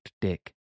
dick